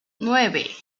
nueve